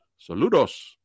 saludos